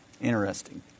Interesting